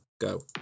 go